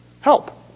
help